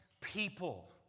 people